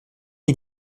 est